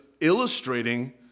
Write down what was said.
illustrating